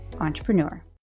entrepreneur